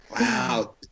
Wow